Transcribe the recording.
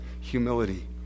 humility